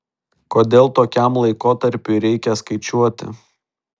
kodėl tokiam laikotarpiui reikia skaičiuoti